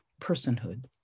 personhood